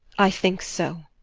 i think so.